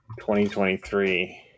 2023